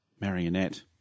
Marionette